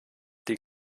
die